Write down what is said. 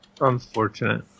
Unfortunate